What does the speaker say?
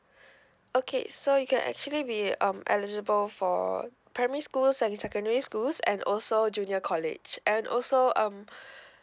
okay so you can actually be um eligible for primary schools and secondary schools and also junior college and also um